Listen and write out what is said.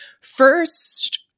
First